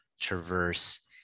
traverse